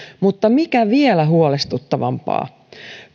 mutta mikä vielä huolestuttavampaa